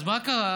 אז מה קרה?